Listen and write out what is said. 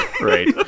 right